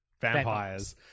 Vampires